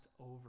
over